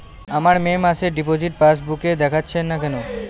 আমার মে মাসের ডিপোজিট পাসবুকে দেখাচ্ছে না কেন?